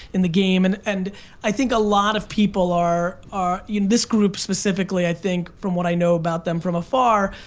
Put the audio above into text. in the game. and and i think a lot of people are, in this group specifically, i think from what i know about them from afar,